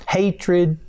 hatred